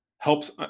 helps